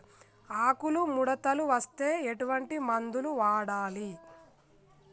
ఆకులు ముడతలు వస్తే ఎటువంటి మందులు వాడాలి?